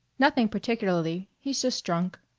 nothing particularly. he's just drunk.